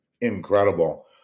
incredible